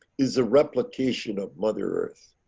is a replication of mother earth.